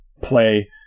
play